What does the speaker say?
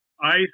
ice